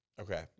Okay